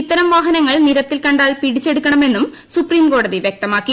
ഇത്തരം വാഹനങ്ങൾ നിരത്തിൽ കണ്ടാൽ പിടിച്ചെടുക്കുമെന്നും സുപ്രീം കോടതി വൃക്തമാക്കി